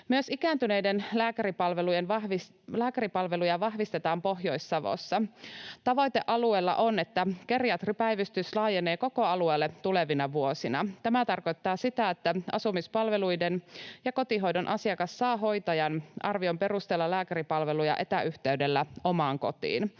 Myös ikääntyneiden lääkäripalveluja vahvistetaan Pohjois-Savossa. Tavoite alueella on, että geriatripäivystys laajenee koko alueelle tulevina vuosina. Tämä tarkoittaa sitä, että asumispalveluiden ja kotihoidon asiakas saa hoitajan arvion perusteella lääkäripalveluja etäyhteydellä omaan kotiin.